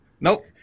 Nope